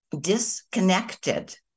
disconnected